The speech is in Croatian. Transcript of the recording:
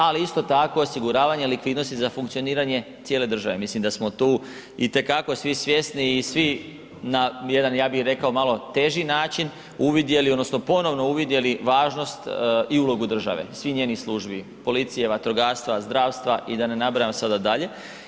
Ali, isto tako osiguravanje likvidnosti za funkcioniranje cijele države, mislim da smo tu itekako svi svjesni i svi na jedan, ja bih rekao malo teži način, uvidjeli, odnosno ponovno uvidjeli važnost i ulogu države i svij njenih službi, policije, vatrogastva, zdravstva i da ne nabrajam sada dalje.